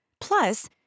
Plus